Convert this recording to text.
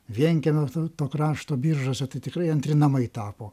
vienkiemio to to krašto biržuose tai tikrai antri namai tapo